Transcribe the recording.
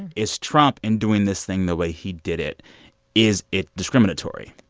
is trump in doing this thing the way he did it is it discriminatory?